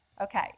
Okay